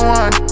one